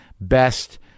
Best